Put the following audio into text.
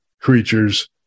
creatures